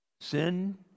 Sin